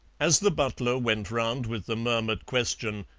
as the butler went round with the murmured question,